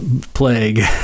plague